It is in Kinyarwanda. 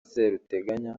seruteganya